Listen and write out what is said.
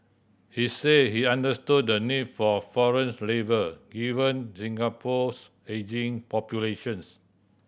he said he understood the need for foreign labour given Singapore's ageing populations